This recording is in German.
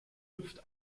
hüpft